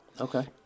Okay